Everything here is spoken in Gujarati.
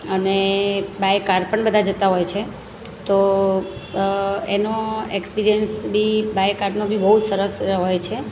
અને બાય કાર પણ બધા જતા હોય છે તો એનો એક્સપીરયન્સ બી બાય કારનો બી બહુ સરસ હોય છે